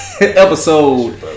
episode